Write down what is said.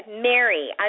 Mary